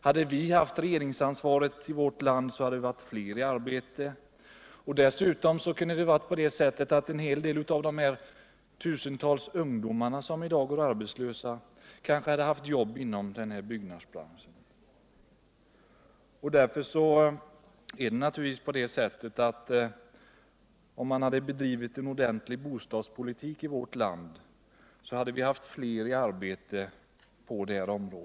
Hade vi haft regeringsansvaret hade flera varit sysselsatta, och dessutom hade kanske en hel del av de tusentals ungdomar som i dag går arbetslösa haft jobb inom byggnadsbranschen. Om cen ordentlig bostadspolitik förts i vårt land, hade vi haft flera i arbete på detta område.